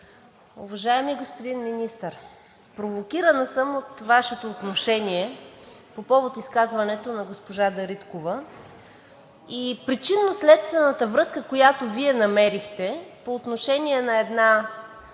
Уважаеми господин Министър, провокирана съм от Вашето отношение по повод изказването на госпожа Дариткова и причинно следствената връзка, която Вие намерихте по отношение на една